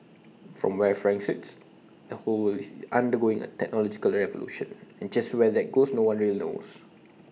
from where frank sits the world is undergoing A technological revolution and just where that goes no one really knows